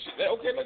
Okay